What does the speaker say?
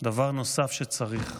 דבר נוסף שצריך,